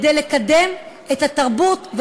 כדי לקדם את התרבות,